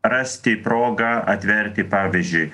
rasti progą atverti pavyzdžiui